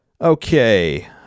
Okay